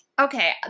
Okay